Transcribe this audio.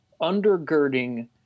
undergirding